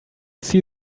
see